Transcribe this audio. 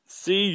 See